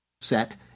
set